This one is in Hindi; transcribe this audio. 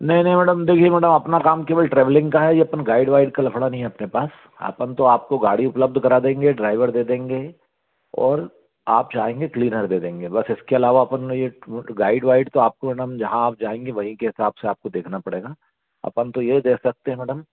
नहीं नहीं मैडम देखिए मैडम अपना काम केवल ट्रेवलिंग का है ये अपन गाइड वाइड का लफ़ड़ा नहीं है अपने पास अपन तो आपको गाड़ी उपलब्द करवा देंगे ड्राइवर दे देंगे और आप चाहेंगे तो क्लीनर दे देंगे बस इसके अलावा अपन ये गाइड वाइड का आपको मैडम जहाँ आप जाएंगे वहीं के हिसाब से आपको देखना पड़ेगा अपन तो ये देख सकते है मैडम